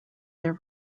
their